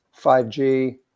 5G